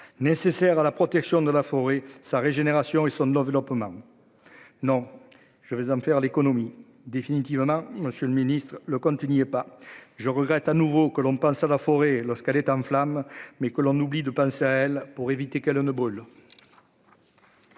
nécessaires à la protection de la forêt sa régénération, ils sont d'enveloppements non, je vais en faire l'économie définitivement monsieur le Ministre, le compte n'y est pas, je regrette à nouveau que l'on passe à la forêt lorsqu'elle est en flammes, mais que l'on oublie de penser à elle pour éviter qu'elle ne bol.